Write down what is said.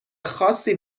خاصی